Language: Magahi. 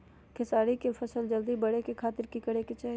खेसारी के फसल जल्दी बड़े के खातिर की करे के चाही?